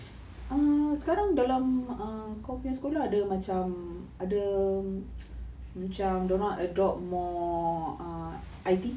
uh sekarang dalam kau nya sekolah ada macam ada macam dorang adopt more uh I_T